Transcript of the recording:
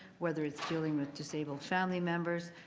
whether it's dealing with disabled family members.